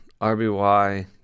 RBY